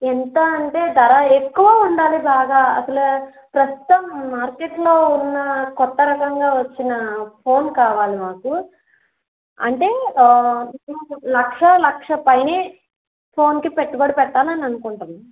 ఎంత అంటే ధర ఎక్కువ ఉండాలి బాగా అసలే ప్రస్తుతం మార్కెట్లో ఉన్న కొత్తరకంగా వచ్చిన ఫోన్ కావాలి మాకు అంటే లక్షా లక్షపైనే ఫోన్కి పెట్టుబడి పెట్టాలని అనుకొంటున్నాం